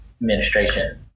administration